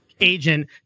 agent